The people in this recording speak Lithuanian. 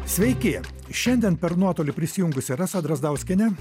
sveiki šiandien per nuotolį prisijungusi rasa drazdauskienė